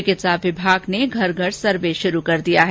चिकित्सा विभाग ने घर घर सर्वे शुरू कर दिया है